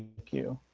thank you.